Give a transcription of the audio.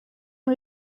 une